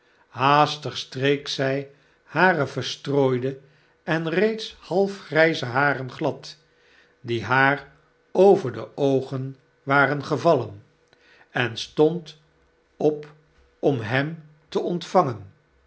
haastig streek zij hare verstrooide en reeds half grijze haren glad die haar over de oogen waren gevallen en stond op om hem te ontvangen